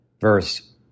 Verse